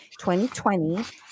2020